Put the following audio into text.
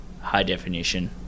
high-definition